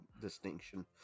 distinction